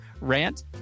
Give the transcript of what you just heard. rant